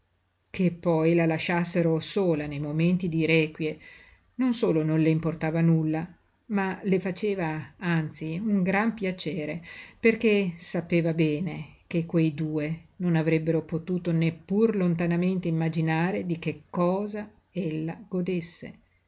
che poi la lasciassero sola nei momenti di requie non solo non le importava nulla ma le faceva anzi un gran piacere perché sapeva bene che quei due non avrebbero potuto neppur lontanamente immaginare di che cosa ella godesse